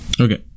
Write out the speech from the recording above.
okay